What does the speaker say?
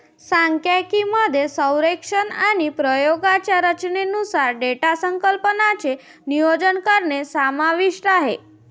सांख्यिकी मध्ये सर्वेक्षण आणि प्रयोगांच्या रचनेनुसार डेटा संकलनाचे नियोजन करणे समाविष्ट आहे